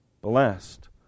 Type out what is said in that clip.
Blessed